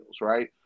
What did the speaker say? right